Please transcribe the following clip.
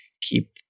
keep